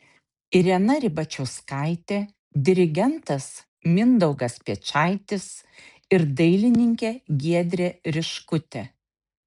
irena ribačiauskaitė dirigentas mindaugas piečaitis ir dailininkė giedrė riškutė